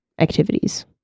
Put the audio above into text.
activities